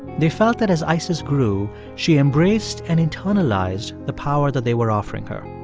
they felt that as isis grew, she embraced and internalized the power that they were offering her.